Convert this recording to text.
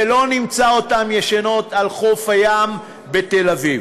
ולא נמצא אותן ישנות על חוף הים בתל-אביב,